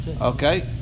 Okay